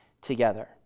together